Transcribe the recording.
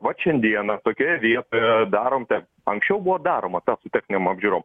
vat šiandieną tokioje vietoje darom ten anksčiau buvo daroma taps su techinėm apžiūrom